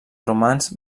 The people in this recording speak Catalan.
romans